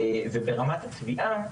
וברמת התביעה,